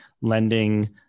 lending